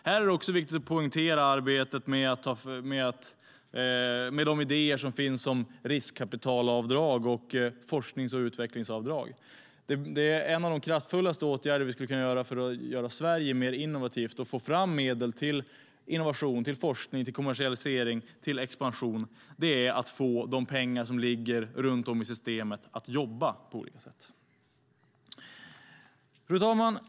Här är det också viktigt att poängtera arbetet med de idéer som finns om riskkapitalavdrag och forsknings och utvecklingsavdrag. En av de kraftfullaste åtgärderna som vi skulle kunna vidta för att göra Sverige mer innovativt och få fram medel till innovation, forskning, kommersialisering och expansion är att få de pengar som ligger runt om i systemet att jobba på olika sätt. Fru talman!